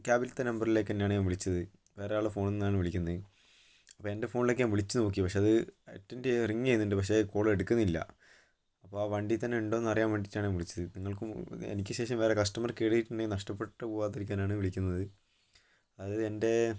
ക്യാബിലത്തെ നമ്പറിലേക്ക് തന്നെയാണ് ഞാൻ വിളിച്ചത് വേറെയാളുടെ ഫോണിൽ നിന്നാണ് വിളിക്കുന്നത് അപ്പ എൻ്റെ ഫോണിലേക്ക് ഞാൻ വിളിച്ച് നോക്കി പക്ഷേ അത് അറ്റൻഡ് ചെയ്ത് റിംഗ് ചെയ്യുന്നുണ്ട് പക്ഷേ കോള് എടുക്കുന്നില്ല അപ്പം ആ വണ്ടിയിൽ തന്നെ ഉണ്ടോ എന്നറിയാൻ വേണ്ടിയിട്ടാണ് വിളിച്ചത് നിങ്ങൾക്കു എനിക്ക് ശേഷം വേറെ കസ്റ്റമർ കയറിട്ടുണ്ടെങ്കിൽ നഷ്ടപ്പെട്ടു പോകാതിരിക്കാനാണ് വിളിക്കുന്നത് അത് എൻ്റെ